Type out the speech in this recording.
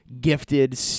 gifted